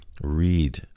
read